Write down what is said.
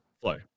Flow